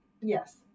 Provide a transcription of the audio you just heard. yes